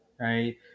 right